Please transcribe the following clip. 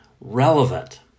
relevant